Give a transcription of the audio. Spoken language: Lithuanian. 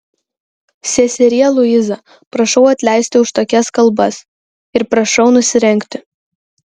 seserie luiza prašau atleisti už tokias kalbas ir prašau nusirengti